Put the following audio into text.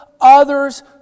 others